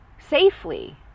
safely